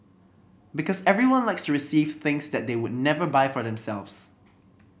because everyone likes to receive things that they would never buy for themselves